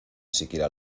siquiera